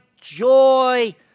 joy